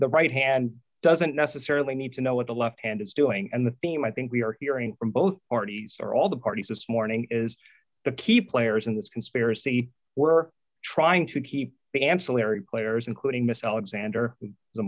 the right hand doesn't necessarily need to know what the left hand is doing and the theme i think we are hearing from both parties or all the parties this morning is the key players in this conspiracy were trying to keep the ancillary players including mr alexander the